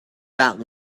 got